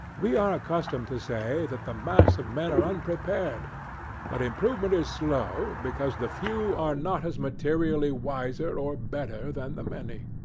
we are accustomed to say, that the mass of men are unprepared but improvement is slow, because the few are not as materially wiser or better than the many.